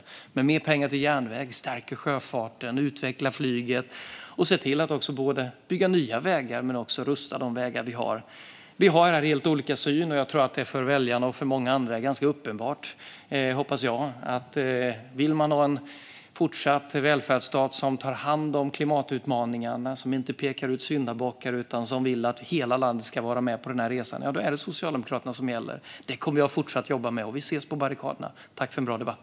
Vi ger mer pengar till järnväg, vi stärker sjöfarten, vi utvecklar flyget och vi ser till att både bygga nya vägar och rusta de vägar vi har. Vi har helt olika syn på detta. Jag hoppas och tror att det för väljarna och många andra är ganska uppenbart att om man fortsatt vill ha en välfärdsstat som tar hand om klimatutmaningarna och som inte pekar ut syndabockar utan vill att hela landet ska vara med på resan - då är det Socialdemokraterna som gäller. Detta kommer jag fortsatt att jobba med. Vi ses på barrikaderna - tack för en bra debatt!